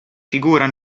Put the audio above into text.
figura